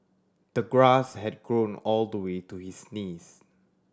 the grass had grown all the way to his knees